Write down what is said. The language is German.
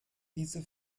diese